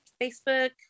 facebook